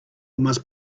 must